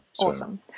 Awesome